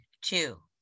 two